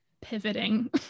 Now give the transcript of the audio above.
pivoting